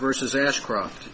versus ashcroft